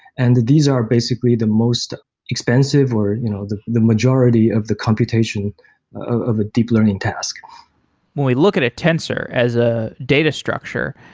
and these are basically the most expensive or you know the the majority of the computation of the deep learning task when we look at a tensor as a data structure,